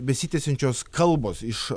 besitęsiančios kalbos iš